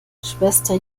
schwester